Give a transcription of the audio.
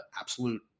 absolute –